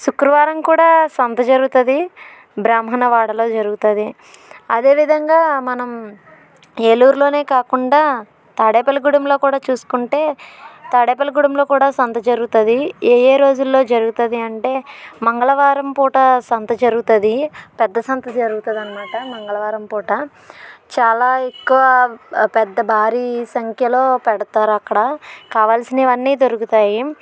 శుక్రవారం కూడా సంత జరుగుతుంది బ్రాహ్మణ వాడలో జరుగుతుంది అదేవిధంగా మనం ఏలూరులోనే కాకుండా తాడేపల్లిగూడెంలో కూడా చూసుకుంటే తాడేపల్లిగూడెంలో కూడా సంత జరుగుతుంది ఏ ఏ రోజుల్లో జరుగుతుంది అంటే మంగళవారం పూట సంత జరుగుతుంది పెద్ద సంత జరుగుతుంది అన్నమాట మంగళవారం పూట చాలా ఎక్కువ పెద్ద భారీ సంఖ్యలో పెడతారు అక్కడ కావాల్సినవన్నీ దొరుకుతాయి